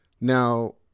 Now